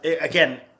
again